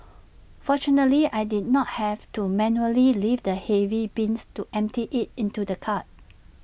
fortunately I did not have to manually lift the heavy bins to empty IT into the cart